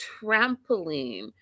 trampoline